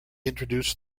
introduced